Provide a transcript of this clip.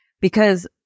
Because-